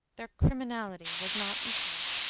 their criminality was not equal.